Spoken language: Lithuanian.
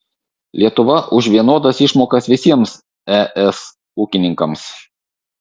lietuva už vienodas išmokas visiems es ūkininkams